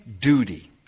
duty